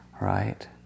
right